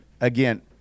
again